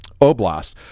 Oblast